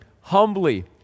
humbly